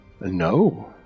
No